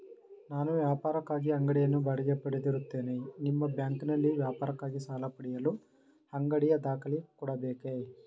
ನಾನು ವ್ಯಾಪಾರಕ್ಕಾಗಿ ಅಂಗಡಿಯನ್ನು ಬಾಡಿಗೆ ಪಡೆದಿರುತ್ತೇನೆ ನಿಮ್ಮ ಬ್ಯಾಂಕಿನಲ್ಲಿ ವ್ಯಾಪಾರಕ್ಕಾಗಿ ಸಾಲ ಪಡೆಯಲು ಅಂಗಡಿಯ ದಾಖಲೆ ಕೊಡಬೇಕೇ?